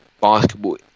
basketball